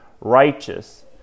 righteous